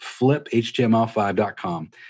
FlipHTML5.com